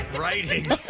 writing